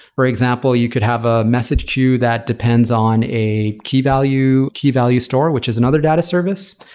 for example, you could have a message queue that depends on a key value key value store, which is another data service,